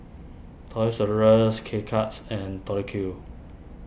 Toys R Us K Cuts and Tori Q